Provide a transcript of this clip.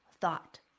thought